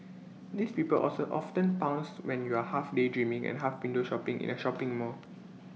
these people also often pounce when you're half daydreaming and half window shopping in A shopping mall